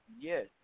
yes